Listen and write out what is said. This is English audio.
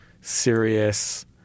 serious